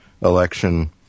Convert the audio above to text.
election